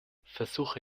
versuche